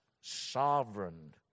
sovereign